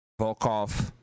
Volkov